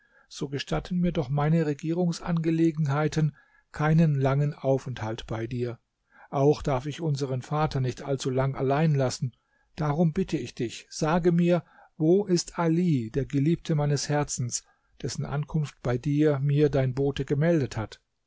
so gestatten mir doch meine regierungsangelegenheiten keinen langen aufenthalt bei dir auch darf ich unseren vater nicht allzu lang allein lassen darum bitte ich dich sage mir wo ist ali der geliebte meines herzens dessen ankunft bei dir mir dein bote gemeldet hat